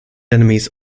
enemies